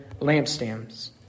lampstands